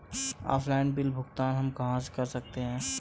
Offline bill भुगतान हम कहां कर सकते हैं?